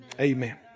Amen